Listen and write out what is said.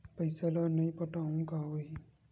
पईसा ल नई पटाहूँ का होही?